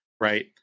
right